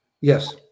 Yes